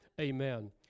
Amen